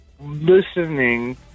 listening